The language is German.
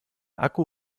akku